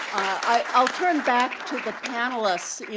i'll turn back to the panelists.